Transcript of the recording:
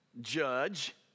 judge